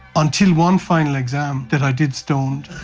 until one final exam that i did stoned.